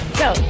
go